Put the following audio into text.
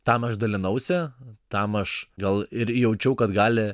tam aš dalinausi tam aš gal ir jaučiau kad gali